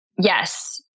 Yes